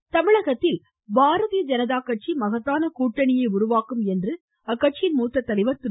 ராதாகிருஷ்ணன் தமிழகத்தில் பாரதீய ஜனதா கட்சி மகத்தான கூட்டணியை உருவாக்கும் என்று கட்சியின் மூத்த தலைவர் திரு